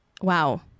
Wow